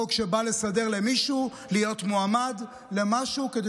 חוק שבא לסדר למישהו להיות מועמד למשהו כדי